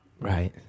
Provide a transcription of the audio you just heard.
Right